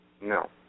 No